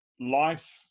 life